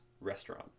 Restaurant